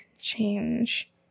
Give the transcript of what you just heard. change